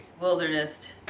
wilderness